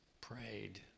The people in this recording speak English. prayed